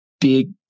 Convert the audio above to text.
big